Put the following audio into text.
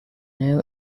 know